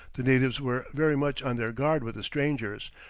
the natives were very much on their guard with the strangers,